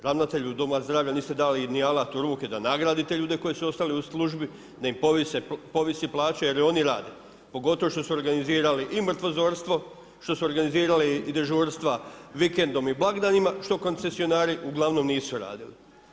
Ravnatelju doma zdravlja niste dali ni alat u ruke da nagrdite ljude koji su ostali u službi, da im povise plaće, jer im oni rade, pogotovo što su organizirali i mrtvozorstvo što su organizirali i dežurstva vikendima i blagdanima što koncesionari ugl. nisu radili.